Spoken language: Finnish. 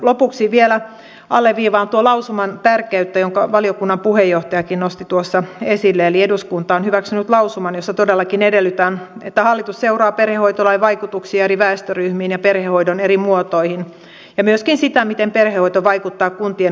lopuksi vielä alleviivaan tuon lausuman tärkeyttä jonka valiokunnan puheenjohtajakin nosti esille eli eduskunta on hyväksynyt lausuman jossa todellakin edellytetään että hallitus seuraa perhehoitolain vaikutuksia eri väestöryhmiin ja perhehoidon eri muotoihin ja myöskin sitä miten perhehoito vaikuttaa kuntien kustannuskehitykseen